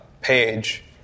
page